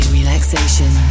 relaxation